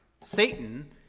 Satan